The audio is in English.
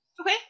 okay